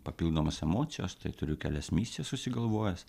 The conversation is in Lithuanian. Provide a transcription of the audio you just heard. papildomos emocijos tai turiu kelias misijas susigalvojęs